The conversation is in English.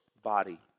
body